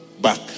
back